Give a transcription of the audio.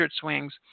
swings